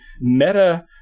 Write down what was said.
meta